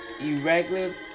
irregular